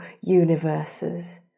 universes